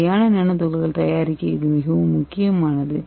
நிலையான நானோ துகள்களை தயாரிக்க இது மிகவும் முக்கியமானது